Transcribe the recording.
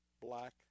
black